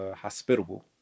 hospitable